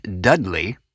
Dudley